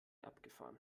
abgefahren